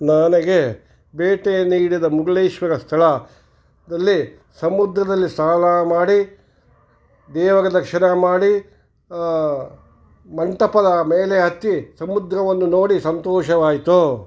ನನಗೆ ಬೇಟೆಯನ್ನು ಹಿಡಿದ ಮುಗುಳೇಶ್ವರ ಸ್ಥಳದಲ್ಲಿ ಸಮುದ್ರದಲ್ಲಿ ಸ್ನಾನ ಮಾಡಿ ದೇವರ ದರ್ಶನ ಮಾಡಿ ಮಂಟಪದ ಮೇಲೆ ಹತ್ತಿ ಸಮುದ್ರವನ್ನು ನೋಡಿ ಸಂತೋಷವಾಯಿತು